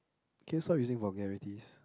can you stop using vulgarities